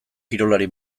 kirolari